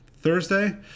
Thursday